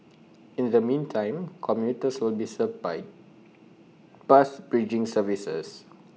in the meantime commuters will be served by bus bridging services